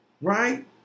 Right